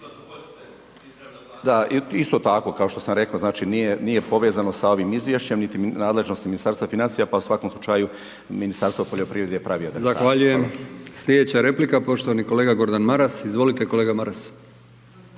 Da, isto tako kao što sam rekao, znači nije, nije povezao sa ovim izvješćem, niti nadležnosti Ministarstva financija, pa u svakom slučaju Ministarstvo poljoprivrede je …/Govornik se ne razumije/… Hvala. **Brkić, Milijan (HDZ)** Zahvaljujem. Slijedeća replika poštovani kolega g. Maras, izvolite kolega Maras.